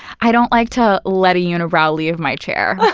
i don't like to let a unibrow leave my chair,